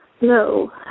No